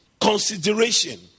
consideration